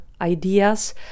ideas